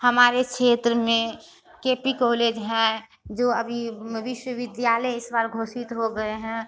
हमारे क्षेत्र में के पी कॉलेज हैं जो अभी विश्वविद्यालय इस बार घोषित हो गए हैं